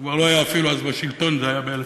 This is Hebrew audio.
הוא אפילו כבר לא היה אז בשלטון, זה היה ב-1965.